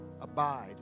abide